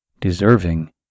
deserving